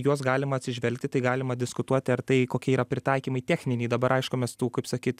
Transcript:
juos galima atsižvelgti tai galima diskutuoti ar tai kokie yra pritaikymai techniniai dabar aišku mes tų kaip sakyt